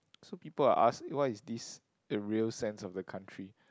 so people will ask what is this the real sense of the country